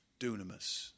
Dunamis